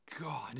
God